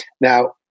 Now